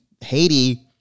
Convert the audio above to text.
Haiti